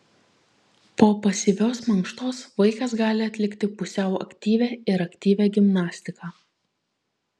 po pasyvios mankštos vaikas gali atlikti pusiau aktyvią ir aktyvią gimnastiką